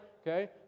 Okay